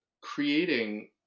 creating